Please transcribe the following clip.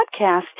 podcast